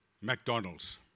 McDonald's